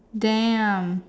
damn